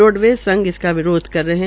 roadways संघ इसका विरोध कर रहे है